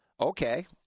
Okay